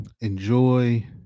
enjoy